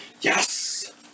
Yes